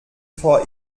vor